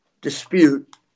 dispute